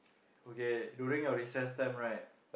okay during your recess time right